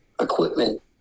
equipment